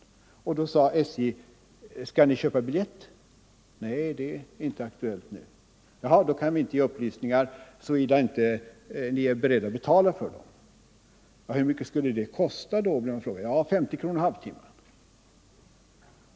På resebyrån frågade man då: ”Skall ni köpa biljett?” ”Nej”, svarade familjen, ”det är inte aktuellt nu.” På resebyrån sade man då: ”I så fall kan vi inte ge några upplysningar, såvida ni inte är beredda att betala för dem.” Dessa upplysningar skulle kosta 50 kronor i halvtimmen.